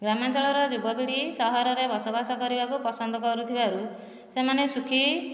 ଗ୍ରାମାଞ୍ଚଳର ଯୁବ ପିଢ଼ୀ ସହରରେ ବସବାସ କରିବାକୁ ପସନ୍ଦ କରୁଥିବାରୁ ସେମାନେ ସୁଖୀ